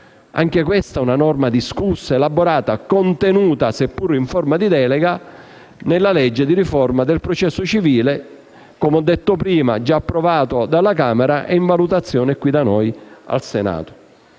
Anche questa è una norma discussa, elaborata e contenuta, seppure in forma di delega, nella legge di riforma del processo civile già approvato dalla Camera, come ho detto prima, e in valutazione qui da noi al Senato.